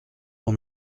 son